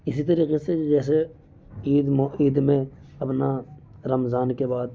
اسی طریقے سے جیسے عید عید میں اپنا رمضان کے بعد